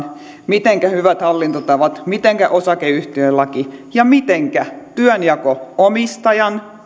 mitenkä hyvät hallintotavat mitenkä osakeyhtiölaki ja miten työnjako omistajan